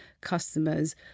customers